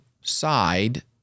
side